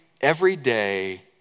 everyday